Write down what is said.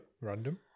random